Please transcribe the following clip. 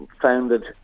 founded